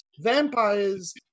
vampires